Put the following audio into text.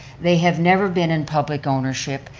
they have never been in public ownership,